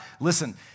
Listen